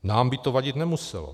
Nám by to vadit nemuselo.